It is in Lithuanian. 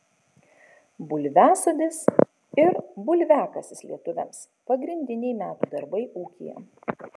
bulviasodis ir bulviakasis lietuviams pagrindiniai metų darbai ūkyje